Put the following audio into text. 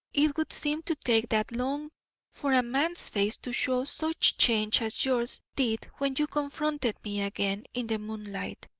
it would seem to take that long for a man's face to show such change as yours did when you confronted me again in the moonlight.